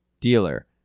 Dealer